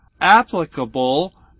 applicable